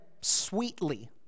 sweetly